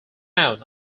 town